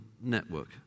network